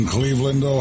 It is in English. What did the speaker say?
Cleveland